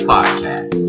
Podcast